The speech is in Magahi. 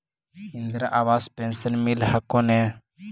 इन्द्रा आवास पेन्शन मिल हको ने?